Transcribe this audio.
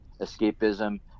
escapism